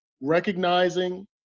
recognizing